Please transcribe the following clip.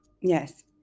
Yes